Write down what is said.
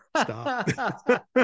Stop